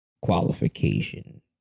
qualification